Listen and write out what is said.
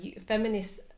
feminists